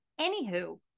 Anywho